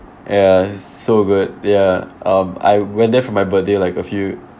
ya it's so good ya um I went there for my birthday like a few